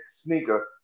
sneaker